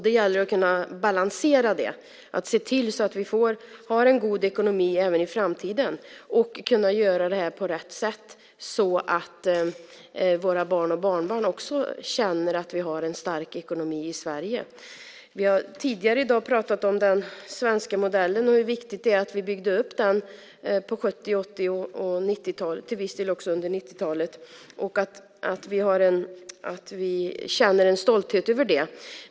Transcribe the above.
Det gäller att kunna balansera det, att se till att vi har en god ekonomi även i framtiden, och kunna göra det här på rätt sätt så att våra barn och barnbarn också känner att vi har en stark ekonomi i Sverige. Vi har tidigare i dag pratat om den svenska modellen, hur viktigt det var att vi byggde upp den på 70 och 80-talet, och till viss del också under 90-talet, och att vi känner en stolthet över det.